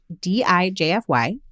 D-I-J-F-Y